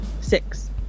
Six